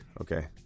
Okay